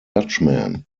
dutchman